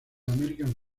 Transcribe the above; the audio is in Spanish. american